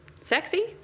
Sexy